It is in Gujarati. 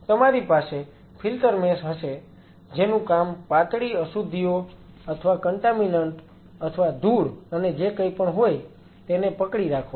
તમારી પાસે ફિલ્ટર મેશ હશે જેનું કામ પાતળી અશુદ્ધિઓ અથવા કન્ટામીનન્ટ અથવા ધૂળ અને જે કઈ પણ હોય તેને પકડી રાખવાનું છે